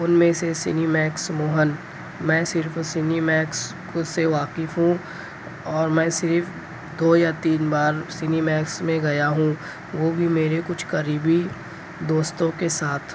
ان میں سے Cinemax Mohan میں صرف سنی میکس کو سے واقف ہوں اور میں صرف دو یا تین بار سنی میکس میں گیا ہوں وہ بھی میرے کچھ قریبی دوستوں کے ساتھ